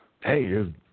Hey